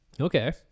Okay